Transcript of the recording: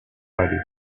forgotten